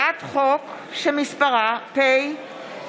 חוק לתיקון פקודת מס הכנסה (קיזוז הפסד כנגד הכנסה